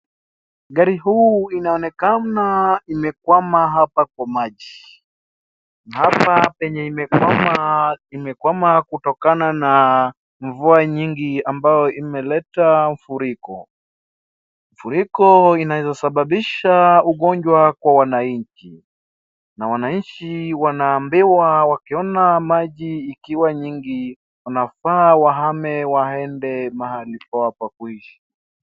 Gari huu inaonekana imekwama hapa kwa maji. Na hapa penye imekwama, imekwama kutokana na mvua nyingi ambayo imeleta mfuriko. Mfuriko inaweza sababisha ugonjwa kwa wananchi. Na wananchi wanaambiwa wakiona maji ikiwa nyingi wanafaa wahame waende mahali poa pa kuishi.